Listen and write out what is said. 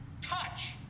Touch